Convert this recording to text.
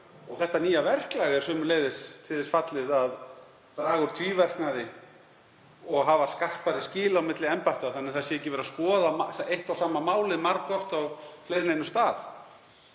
Þetta nýja verklag er sömuleiðis til þess fallið að draga úr tvíverknaði og hafa skarpari skil á milli embætta þannig að ekki sé verið að skoða eitt og sama málið margoft á fleiri en einum stað.